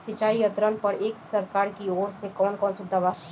सिंचाई यंत्रन पर एक सरकार की ओर से कवन कवन सुविधा बा?